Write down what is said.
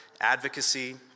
advocacy